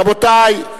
רבותי.